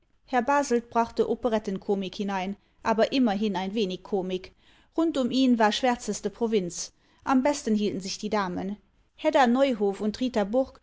herr baselt brachte operettenkomik hinein aber immerhin ein wenig komik rund um ihn war schwärzeste provinz am besten hielten sich die damen hedda neuhoff und